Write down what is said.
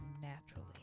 naturally